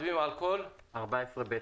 הצבעה בעד, 2 נגד, אין נמנעים, אין סעיף 14ב,